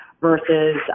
versus